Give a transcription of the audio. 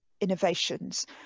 innovations